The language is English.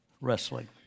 wrestling